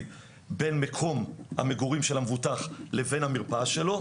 בין מקום המגורים של המבוטח לבין המרפאה שלו,